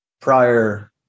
prior